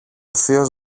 θείος